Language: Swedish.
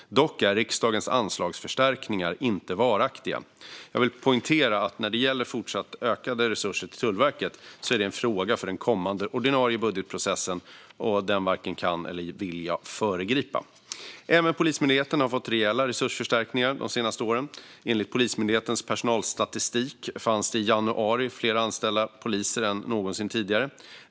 Dock är riksdagens anslagsförstärkningar inte varaktiga. Jag vill poängtera att fortsatt ökade resurser till Tullverket är en fråga för den kommande ordinarie budgetprocessen, och den varken kan eller vill jag föregripa. Även Polismyndigheten har fått rejäla resursförstärkningar de senaste åren. Enligt Polismyndighetens personalstatistik fanns det i januari fler anställda poliser än någonsin tidigare.